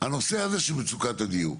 הנושא הזה של מצוקת הדיור.